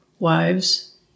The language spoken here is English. wives